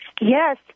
Yes